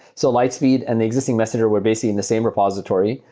so lightspeed and the existing messenger were basically in the same repository.